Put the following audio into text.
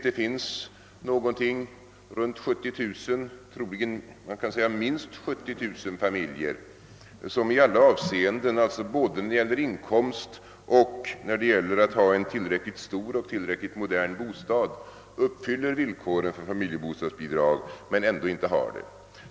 Det finns troligen minst 70000 familjer som i alla avseenden — alltså både när det gäller inkomst och när det gäller att ha en tillräckligt stor och modern bostad — uppfyller villkoren för familjebostadsbidrag men som ändå inte har det.